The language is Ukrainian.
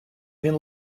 він